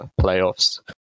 playoffs